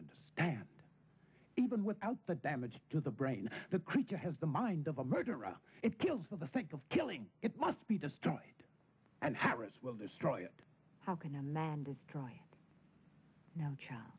understand even without the damage to the brain the creature has the mind of a murderer it kills for the sake of killing it must be destroyed and harris will destroy it how can a man destroy no ch